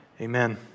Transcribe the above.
Amen